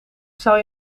zou